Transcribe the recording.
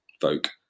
folk